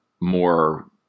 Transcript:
more